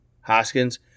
Hoskins